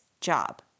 job